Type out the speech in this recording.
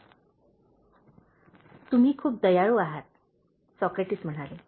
"तुम्ही खूप दयाळू आहात" सॉक्रेटिस म्हणाले